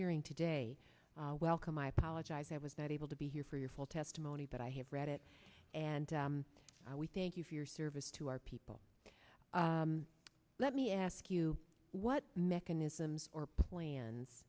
hearing today welcome i apologize i was that able to be here for your full testimony but i have read it and i we thank you for your service to our people let me ask you what mechanisms or plan